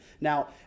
Now